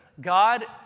God